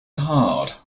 hard